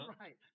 right